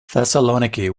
thessaloniki